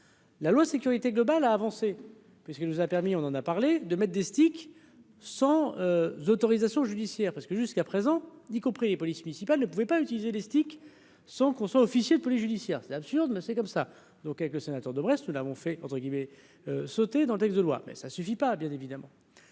La loi sécurité globale a avancé puisqu'nous a permis, on en a parlé de maître des sticks sans autorisation judiciaire parce que jusqu'à présent n'y compris les polices municipales ne pouvait pas utiliser les sticks, sans qu'on soit, officier de police judiciaire, c'est absurde, mais c'est comme ça. Donc quelques sénateurs de Brest, nous l'avons fait entre guillemets sauter dans le texte de loi mais ça suffit pas, bien évidemment,